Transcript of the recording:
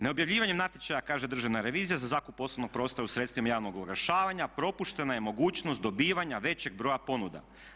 Neobjavljivanjem natječaja, kaže državna revizija za zakup poslovnog prostora u sredstvima javnog oglašavanja propuštena je mogućnost dobivanja većeg broja ponuda.